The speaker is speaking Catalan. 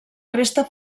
resta